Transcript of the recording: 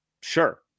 sure